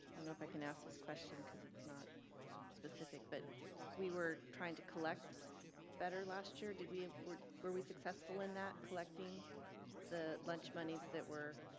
and if i can ask this question cuz it's not specific but we were trying to collect better last year did we were were we successful in that collecting the lunch monies that were?